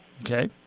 Okay